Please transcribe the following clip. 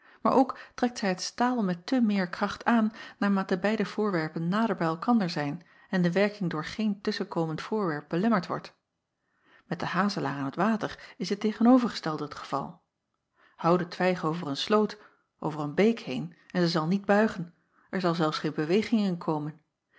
maar ook trekt zij het staal met te meer kracht aan naarmate beide voorwerpen nader bij elkander zijn en de werking door geen tusschenkomend voorwerp belemmerd wordt et den hazelaar en het water is het tegenovergestelde het geval ou de twijg over een sloot over een beek heen en zij zal niet buigen er zal zelfs geen beweging in komen